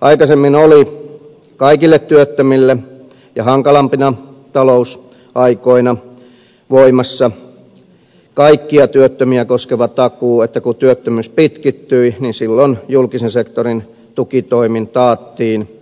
aikaisemmin oli kaikille työttömille ja hankalampina talousaikoina voimassa kaikkia työttömiä koskeva takuu että kun työttömyys pitkittyi niin silloin julkisen sektorin tukitoimin taattiin